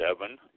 Seven